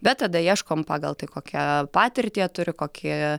bet tada ieškom pagal tai kokią patirtį jie turi kokį